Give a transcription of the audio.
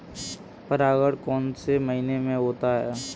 परागण कौन से महीने में होता है?